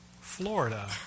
Florida